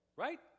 Right